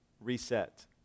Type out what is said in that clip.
Reset